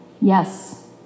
Yes